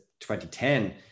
2010